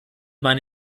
meine